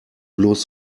bloß